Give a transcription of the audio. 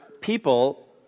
people